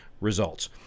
results